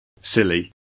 silly